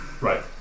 Right